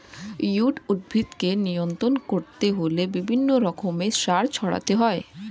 weed উদ্ভিদকে নিয়ন্ত্রণ করতে হলে বিভিন্ন রকমের সার ছড়াতে হয়